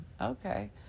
okay